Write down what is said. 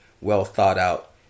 well-thought-out